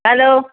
hello